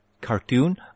cartoon